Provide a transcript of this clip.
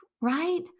right